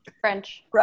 French